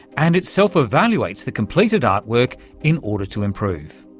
and it self-evaluates the completed artwork in order to improve.